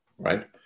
right